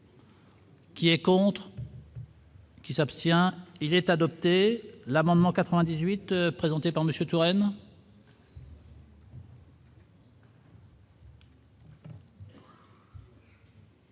Qui est contre. Qui s'abstient, il est adopté, l'amendement 98 présenté par Monsieur Touraine.